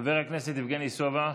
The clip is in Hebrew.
חבר הכנסת יבגני סובה,